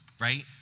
right